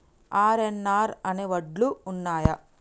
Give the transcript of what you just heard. RNR అనే వడ్లు ఉన్నయా?